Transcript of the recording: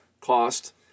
cost